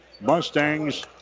Mustangs